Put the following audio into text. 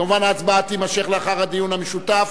כמובן ההצבעה תהיה לאחר הדיון המשותף.